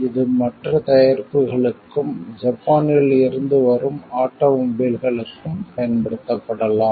இது மற்ற தயாரிப்புகளுக்கும் ஜப்பானில் இருந்து வரும் ஆட்டோமொபைல்களுக்கும் பயன்படுத்தப்படலாம்